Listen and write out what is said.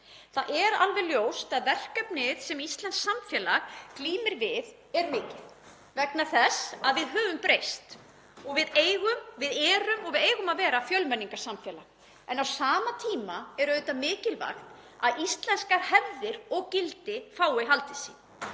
Það er alveg ljóst að verkefnið sem íslenskt samfélag glímir við er mikið vegna þess að við höfum breyst og við erum og við eigum að vera fjölmenningarsamfélag. En á sama tíma er auðvitað mikilvægt að íslenskar hefðir og gildi fái haldið sér.